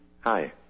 Hi